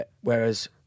whereas